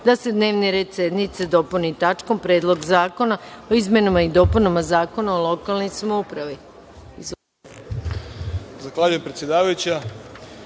da se dnevni red sednice dopuni tačkom Predlog zakona o izmenama i dopunama Zakona o udžbenicima. Da